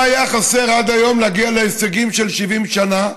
מה היה חסר עד היום להגיע להישגים של 70 שנה,